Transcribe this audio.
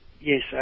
Yes